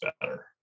better